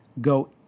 go